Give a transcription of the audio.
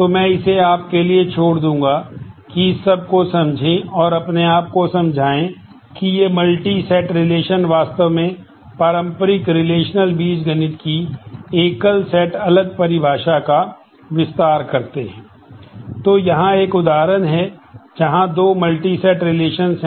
तो यहां एक उदाहरण है जहां 2 मल्टी सेट होना